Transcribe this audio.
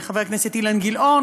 חבר הכנסת אילן גילאון,